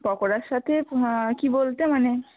পকোড়ার সাথে কী বলতে মানে